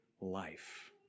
life